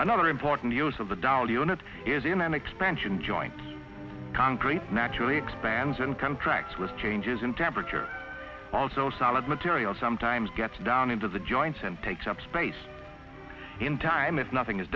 another important use of the dolly and it is in an expansion joint concrete naturally expands and contracts with changes in temperature also solid material sometimes gets down into the joints and takes up space in time if nothing is